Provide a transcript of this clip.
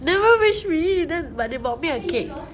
never wish me then but they bought me a cake